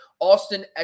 Austin